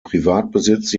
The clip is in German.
privatbesitz